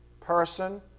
person